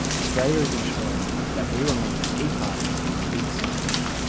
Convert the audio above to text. australia is ensuring that we remain key partners in big science,